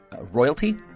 royalty